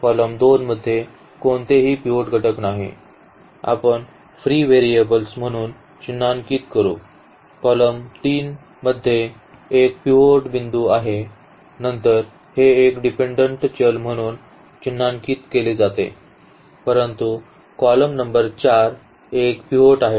column 2 मध्ये कोणतेही pivot घटक नाहीत आपण फ्री व्हेरिएबल म्हणून चिन्हांकित करू column नंबर 3 मध्ये एक पिव्होट बिंदू आहे नंतर हे एक डिपेंडंट चल म्हणून चिन्हांकित केले जाते पुन्हा column नंबर 4 एक पिव्होट आहे